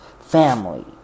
family